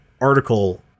article